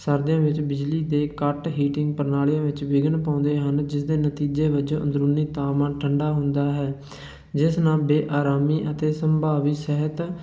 ਸਰਦੀਆਂ ਵਿੱਚ ਬਿਜਲੀ ਦੇ ਕੱਟ ਹੀਟਿੰਗ ਪ੍ਰਣਾਲੀਆਂ ਵਿੱਚ ਵਿਘਨ ਪਾਉਂਦੇ ਹਨ ਜਿਸ ਦੇ ਨਤੀਜੇ ਵਜੋਂ ਅੰਦਰੂਨੀ ਤਾਪਮਾਨ ਠੰਡਾ ਹੁੰਦਾ ਹੈ ਜਿਸ ਨਾਲ ਬੇਅਰਾਮੀ ਅਤੇ ਸੰਭਾਵੀ ਸਹਿਤ